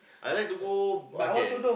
I like to go okay